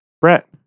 Brett